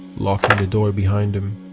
locking the door behind him.